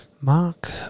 mark